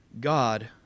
God